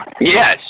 Yes